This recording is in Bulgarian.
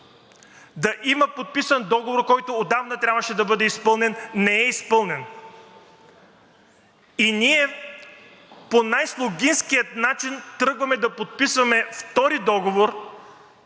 да има подписан договор, който отдавна трябваше да бъде изпълнен – не е изпълнен. И ние по най-слугинския начин тръгваме да подписваме втори договор